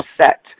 set